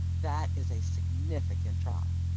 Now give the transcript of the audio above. that is a significant drop.